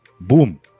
boom